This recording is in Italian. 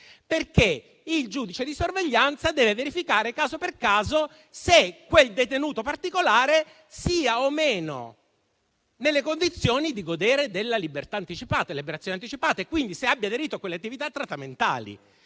perché il giudice di sorveglianza deve verificare, caso per caso, se quel detenuto particolare sia o meno nelle condizioni di godere della liberazione anticipata e quindi se abbia aderito a quelle attività trattamentali.